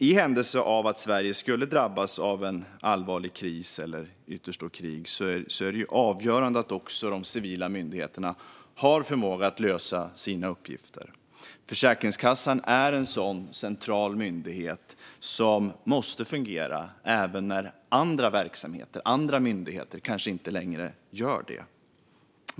I händelse av att Sverige skulle drabbas av en allvarlig kris eller ytterst krig är det avgörande att också de civila myndigheterna har förmåga att lösa sina uppgifter. Försäkringskassan är en sådan central myndighet som måste fungera även när andra myndigheter och verksamheter kanske inte längre gör det.